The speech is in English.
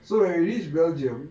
so when we reach belgium